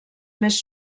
més